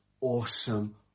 awesome